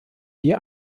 die